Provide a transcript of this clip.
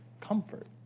comfort